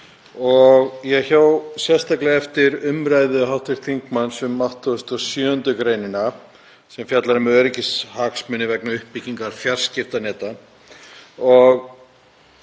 og ég hjó sérstaklega eftir umræðu hv. þingmanns um 87. gr. sem fjallar um öryggishagsmuni vegna uppbyggingar fjarskiptaneta.